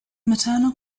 maternal